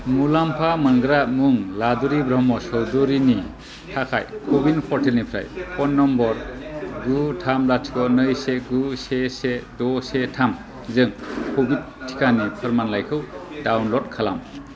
मुलाम्फा मोनग्रा मुं लादुरि ब्रह्म चधुरिनि थाखाय कविन पर्टेल निफ्राय फन नम्बर गु थाम लाथिख' नै से गु से से द' से थाम जों कबिड टिकानि फोरमानलाइखौ डाउनलड खालाम